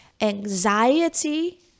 anxiety